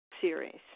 series